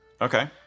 Okay